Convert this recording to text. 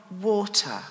water